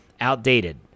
outdated